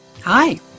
Hi